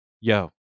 yo